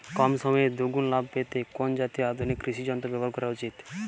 কম সময়ে দুগুন লাভ পেতে কোন জাতীয় আধুনিক কৃষি যন্ত্র ব্যবহার করা উচিৎ?